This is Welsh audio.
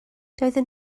doedden